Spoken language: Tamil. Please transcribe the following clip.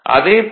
அதே போல